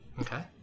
okay